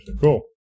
cool